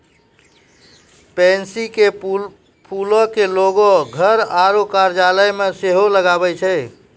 pansy के फूलो के लोगें घर आरु कार्यालय मे सेहो लगाबै छै